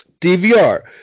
dvr